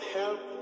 help